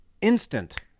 instant